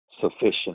sufficient